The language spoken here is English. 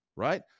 Right